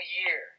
year